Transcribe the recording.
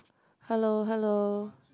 hello hello